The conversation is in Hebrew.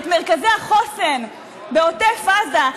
את מרכזי החוסן בעוטף עזה,